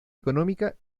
económica